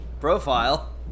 profile